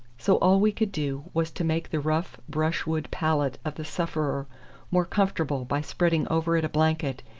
so all we could do was to make the rough brushwood pallet of the sufferer more comfortable by spreading over it a blanket,